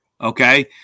Okay